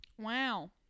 Wow